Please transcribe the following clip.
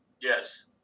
Yes